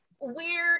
weird